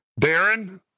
Darren